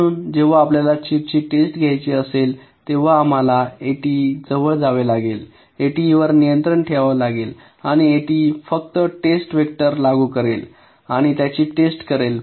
म्हणून जेव्हा आपल्याला चिपची टेस्ट घ्यायची असेल तेव्हा आम्हाला एटीई जवळ जावे लागेल एटीई वर ठेवावे लागेल आणि एटीई फक्त टेस्ट व्हेक्टर लागू करेल आणि त्याची टेस्ट करेल